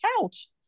couch